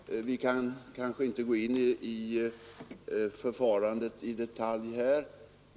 Herr talman! Vi kan kanske inte gå in på förfarandet i detalj här.